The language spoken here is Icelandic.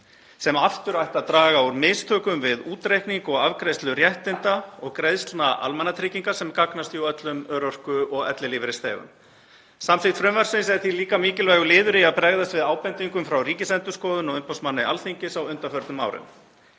sem aftur ætti að draga úr mistökum við útreikning og afgreiðslu réttinda og greiðslna almannatrygginga sem gagnast jú öllum örorku- og ellilífeyrisþegum. Samþykkt frumvarpsins er því líka mikilvægur liður í að bregðast við ábendingum frá Ríkisendurskoðun og umboðsmanni Alþingis á undanförnum árum.